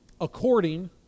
according